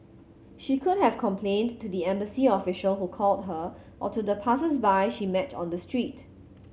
she could have complained to the embassy official who called her or to the passersby she met on the street